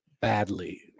badly